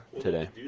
today